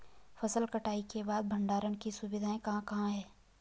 फसल कटाई के बाद भंडारण की सुविधाएं कहाँ कहाँ हैं?